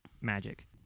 magic